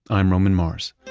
i'm roman mars